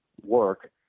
work